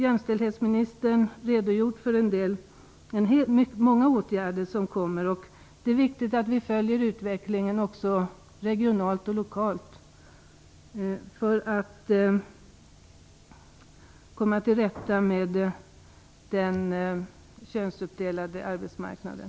Jämställdhetsministern har här redogjort för många åtgärder som kommer, och det är viktigt att vi följer utvecklingen också regionalt och lokalt för att komma till rätta med den könsuppdelade arbetsmarknaden.